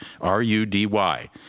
R-U-D-Y